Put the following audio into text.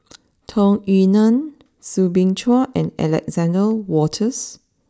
Tung Yue Nang Soo Bin Chua and Alexander Wolters